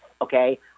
Okay